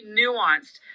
nuanced